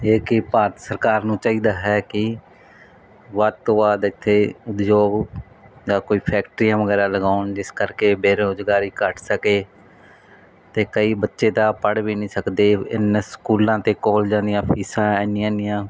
ਇਹ ਕਿ ਭਾਰਤ ਸਰਕਾਰ ਨੂੰ ਚਾਹੀਦਾ ਹੈ ਕੀ ਵੱਧ ਤੋਂ ਵੱਧ ਇੱਥੇ ਉਦਯੋਗ ਜਾਂ ਕੋਈ ਫੈਕਟਰੀਆ ਵਗੈਰਾ ਲਗਾਉਣ ਜਿਸ ਕਰਕੇ ਬੇਰੋਜ਼ਗਾਰੀ ਘੱਟ ਸਕੇ ਤੇ ਕਈ ਬੱਚੇ ਤਾਂ ਪੜ੍ਹ ਵੀ ਨਹੀਂ ਸਕਦੇ ਇਹਨ ਸਕੂਲਾਂ ਤੇ ਕਾਲਜਾਂ ਦੀਆਂ ਫੀਸਾਂ ਇੰਨੀਆਂ ਇੰਨੀਆਂ